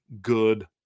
good